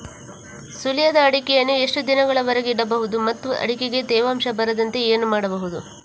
ಸುಲಿಯದ ಅಡಿಕೆಯನ್ನು ಎಷ್ಟು ದಿನಗಳವರೆಗೆ ಇಡಬಹುದು ಮತ್ತು ಅಡಿಕೆಗೆ ತೇವಾಂಶ ಬರದಂತೆ ಏನು ಮಾಡಬಹುದು?